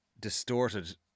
distorted